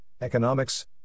economics